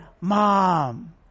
mom